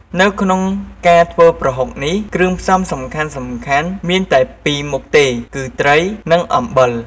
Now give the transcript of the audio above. នៅក្នុងការធ្វើប្រហុកនេះ គ្រឿងផ្សំសំខាន់ៗមានតែពីរមុខទេ គឺត្រី និងអំបិល។